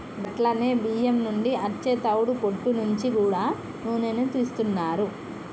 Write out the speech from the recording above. గట్లనే బియ్యం నుండి అచ్చే తవుడు పొట్టు నుంచి గూడా నూనెను తీస్తున్నారు